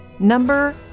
Number